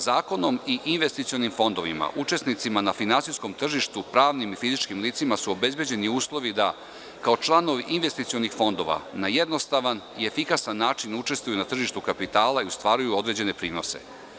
Zakonom i investicionim fondovima učesnicima na finansijskom tržištu, pravnim i fizičkim licima su obezbeđeni uslovi da kao članovi investicionih fondova na jednostavan i efikasan način učestvuju na tržištu kapitala i ostvaruju određene prinose.